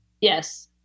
yes